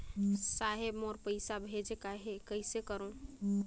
साहेब मोर पइसा भेजेक आहे, कइसे करो?